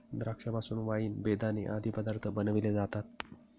द्राक्षा पासून वाईन, बेदाणे आदी पदार्थ बनविले जातात